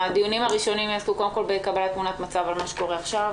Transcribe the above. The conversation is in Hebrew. הדיונים הראשונים יהיו קודם כל בקבלת תמונת מצב על מה שקורה עכשיו,